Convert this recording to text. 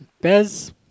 Bez